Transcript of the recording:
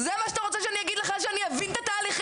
זה מה שאתה רוצה שאני אגיד לך שאני אבין את התהליכים,